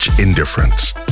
Indifference